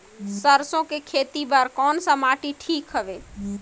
सरसो के खेती बार कोन सा माटी ठीक हवे?